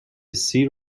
سیر